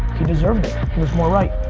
he deserved it. he was more right.